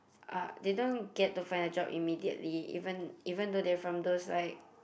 uh they don't get to find a job immediately even even though they're from those like